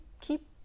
keep